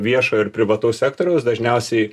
viešojo ir privataus sektoriaus dažniausiai